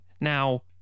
Now